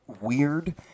weird